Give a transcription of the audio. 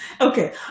okay